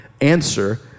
answer